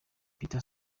peter